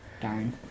Darn